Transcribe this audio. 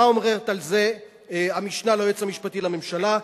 מה אומרת על זה המשנה ליועץ המשפטי לממשלה?